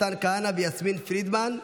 מתן כהנא ויסמין פרידמן.